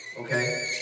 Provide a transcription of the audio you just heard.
Okay